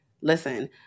Listen